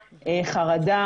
חרדה,